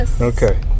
Okay